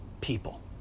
people